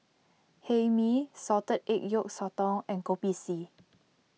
Hae Mee Salted Egg Yolk Sotong and Kopi C